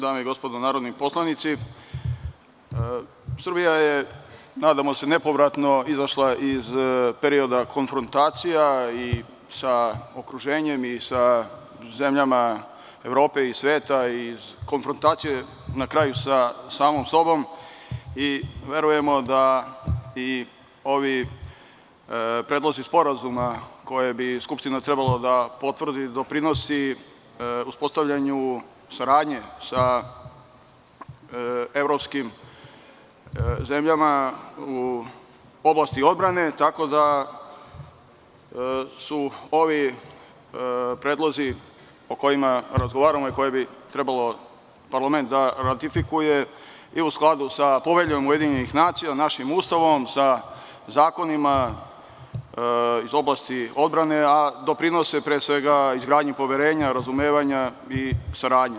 Dame i gospodo narodni poslanici, Srbija je nadamo se nepovratno izašla iz perioda konfrontacija i sa okruženjem i sa zemljama Evrope i Sveta i konfrontacije na kraju sa samom sobom i verujemo i da i ovi predlozi sporazuma koje bi Skupština trebalo da potvrdi doprinosi uspostavljanju saradnje sa Evropskim zemljama u oblasti odbrane, tako da su ovi predlozi o kojima razgovaramo koje bi trebalo parlament da ratifikuje i u skladu sa poveljom UN, našim Ustavom, sa zakonima iz oblasti odbrane, a doprinose pre svega izgradnji poverenja, razumevanja i saradnje.